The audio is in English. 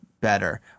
better